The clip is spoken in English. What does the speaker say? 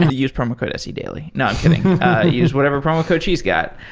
and use promo code sedaily. no. i'm kidding. you use whatever promo code she's got.